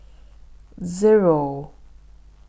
Zero